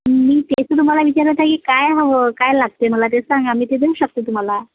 मी तेच तर तुम्हाला विचारत आहे की काय हवं काय लागते मला ते सांगा मी ते देऊ शकते तुम्हाला